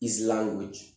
language